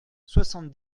soixante